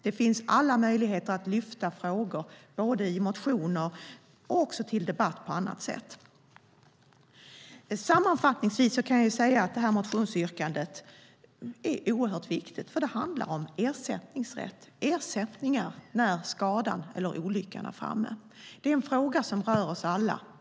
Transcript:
Det finns alltså alla möjligheter att både lyfta fram frågan i motioner och lyfta upp den till debatt på annat sätt. Sammanfattningsvis kan jag säga att detta motionsbetänkande är oerhört viktigt, för det handlar om ersättningsrätt - ersättningar när skadan eller olyckan är framme. Det är en fråga som rör oss alla.